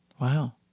Wow